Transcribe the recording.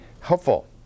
helpful